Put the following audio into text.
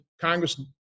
Congress